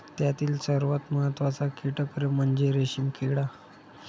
त्यातील सर्वात महत्त्वाचा कीटक म्हणजे रेशीम किडा